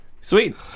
Sweet